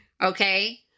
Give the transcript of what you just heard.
okay